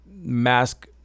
mask